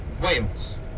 Wales